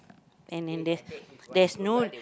then then there's there's no